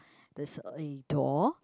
there's a door